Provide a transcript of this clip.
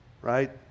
right